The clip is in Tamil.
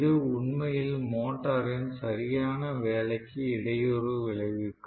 இது உண்மையில் மோட்டரின் சரியான வேலைக்கு இடையூறு விளைவிக்கும்